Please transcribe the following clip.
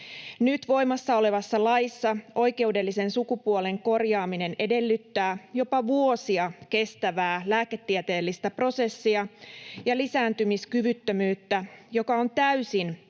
Nyt voimassa olevassa laissa oikeudellisen sukupuolen korjaaminen edellyttää jopa vuosia kestävää lääketieteellistä prosessia ja lisääntymiskyvyttömyyttä, joka on täysin